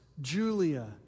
Julia